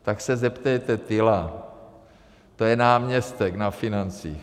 Tak se zeptejte Tyla, to je náměstek na financích.